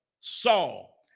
Saul